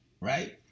Right